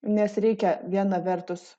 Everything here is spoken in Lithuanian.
nes reikia viena vertus